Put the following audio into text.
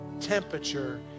temperature